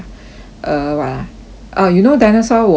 err what ah uh you know dinosaur was